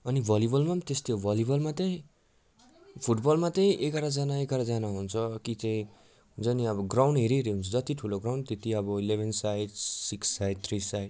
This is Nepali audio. अनि भलिबलमा पनि त्यस्तै हो भलिबलमा चाहिँ फुटबलमा चाहिँ एघारजना एघारजना हुन्छ कि चाहिँ हुन्छ नि अब ग्राउन्ड हेरी हेरी हुन्छ जति ठुलो ग्राउन्ड त्यत्ति अब eleven side six side three site